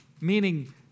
meaning